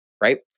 right